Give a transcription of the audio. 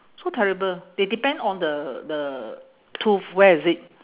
so terrible they depend on the the tooth where is it